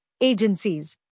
agencies